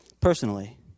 personally